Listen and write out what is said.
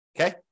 Okay